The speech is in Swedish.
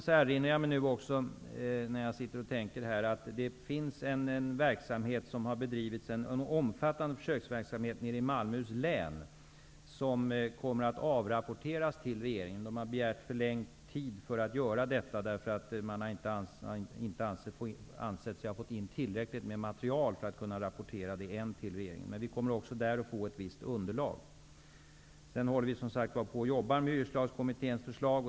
Det finns en omfattande försöksverksamhet som har bedrivits i Malmöhus län som så småningom skall avrapporteras till regeringen. Man har begärt förlängd tid för denna verksamhet, eftersom man inte har ansett sig få in tillräckligt med material för att kunna rapportera till regeringen. Vi kommer alltså att där få ett visst underlag. Vi jobbar med hyreslagkommitténs förslag.